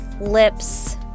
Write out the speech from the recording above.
lips